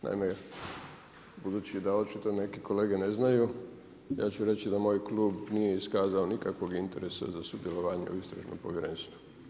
Naime, budući da očito neki kolege ne znaju, ja ću reći da moj klub nije iskazao nikakvog interesa za sudjelovanje u Istražnom povjerenstvu.